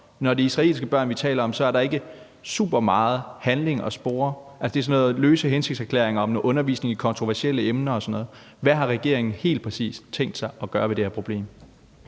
Når det er israelske børn, vi taler om, er der ikke super meget handling at spore. Det er sådan noget med løse hensigtserklæringer om noget undervisning i kontroversielle emner og sådan noget. Hvad har regeringen helt præcis tænkt sig at gøre ved det her problem?